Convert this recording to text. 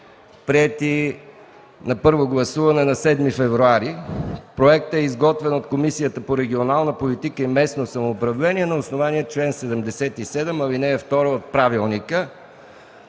приет на първо гласуване на 7 февруари. Проектът е изготвен от Комисията по регионална политика и местно самоуправление на основание на чл. 77, ал. 2 от Правилника